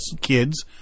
kids